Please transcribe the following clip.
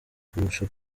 kurusha